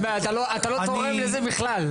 אתה לא תורם לזה בכלל.